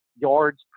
yards